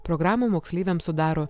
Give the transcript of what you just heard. programą moksleiviams sudaro